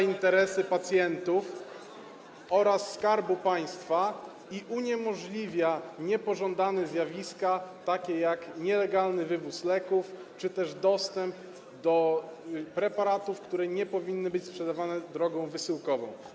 interesy pacjentów oraz Skarbu Państwa i uniemożliwia niepożądane zjawiska, takie jak nielegalny wywóz leków czy też dostęp do preparatów, które nie powinny być sprzedawane drogą wysyłkową.